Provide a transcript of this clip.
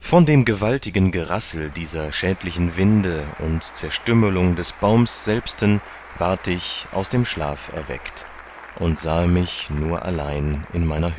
von dem gewaltigen gerassel dieser schädlichen winde und zerstümmlung des baums selbsten ward ich aus dem schlaf erweckt und sahe mich nur allein in meiner